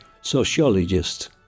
sociologist